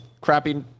crappy